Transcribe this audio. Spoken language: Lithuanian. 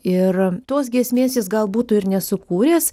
ir tos giesmės jis gal būtų ir nesukūręs